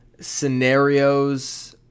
scenarios